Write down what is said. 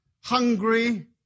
hungry